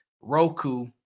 Roku